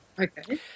Okay